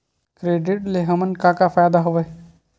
Credit ले हमन का का फ़ायदा हवय?